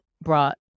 brought